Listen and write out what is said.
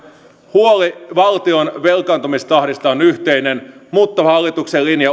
huoli valtion velkaantumistahdista on yhteinen mutta hallituksen linja